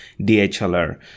DHLR